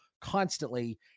constantly